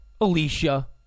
Alicia